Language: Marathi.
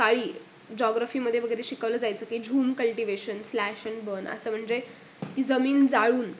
काळी जॉग्रफीमध्ये वगैरे शिकवलं जायचं की jhum cultivation slash and burn असं म्हणजे ती जमीन जाळून